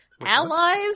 allies